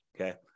Okay